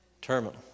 terminal